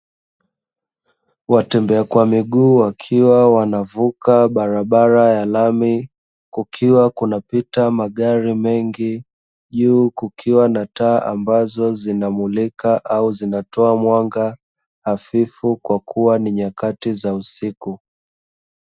Watembea kwa miguu wakiwa wanavuka barabara ya lami kukiwa kunapita magari mengi, juu kukiwa na taa nyingi zinazomulika au kutoa mwanga hafifu kwasababu ni nyakati za usiku.